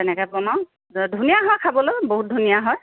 তেনেকৈ বনাওঁ ধুনীয়া হয় খাবলৈ বহুত ধুনীয়া হয়